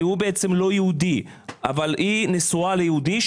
כי הוא בעצם לא יהודי אבל היא נשואה ליהודי.